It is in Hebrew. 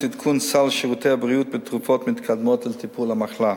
עדכון סל שירותי הבריאות בתרופות מתקדמות לטיפול במחלה.